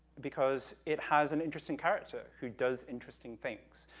because it has an interesting character, who does interesting things,